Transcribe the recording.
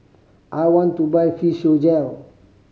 I want to buy Physiogel